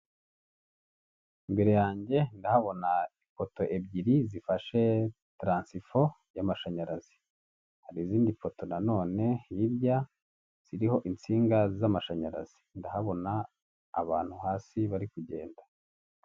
Imbere yanjye ndahabona ipoto ebyiri zifashe taransifo y'amashanyarazi hari izindi poto nanone hirya ziriho insinga z'amashanyarazi ndahabona abantu hasi bari kugenda.